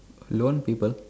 loan people